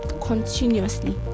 continuously